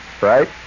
right